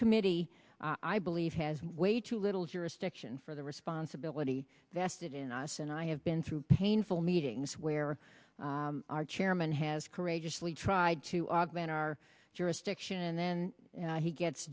committee i believe has way too little jurisdiction for the responsibility vested in us and i have been through painful meetings where our chairman has courageously tried to augment our jurisdiction and then he gets